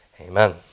Amen